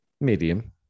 Medium